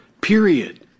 Period